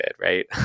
right